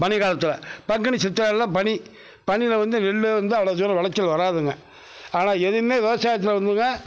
பனிக்காலத்தில் பங்குனி சித்திரையெல்லாம் பனி பனியில் வந்து நெல் வந்து அவ்வளோ தூரம் விளைச்சல் வராதுங்க அதனால் எதுவுமே விவசாயத்தில் வந்துங்க